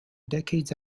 decades